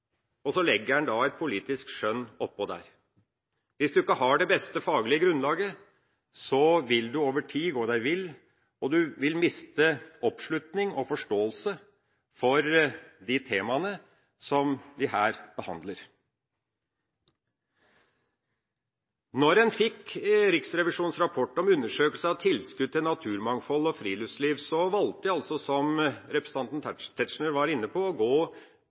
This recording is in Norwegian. og så legger en et politisk skjønn oppå der. Hvis du ikke har det beste faglige grunnlaget, vil du over tid gå deg vill, og du vil miste oppslutning og forståelse for de temaene som vi behandler. Da en fikk Riksrevisjonens rapport om undersøkelse av tilskudd til naturmangfold og friluftsliv, valgte jeg, som representanten Tetzschner var inne på, å gå